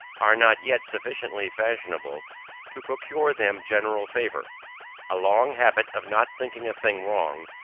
are not yet sufficiently fashionable to procure them general favor a long habit of not thinking a thing wrong,